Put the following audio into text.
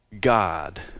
God